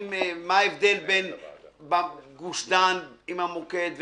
מה ההבדל בין גוש דן עם המוקד,